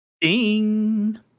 Ding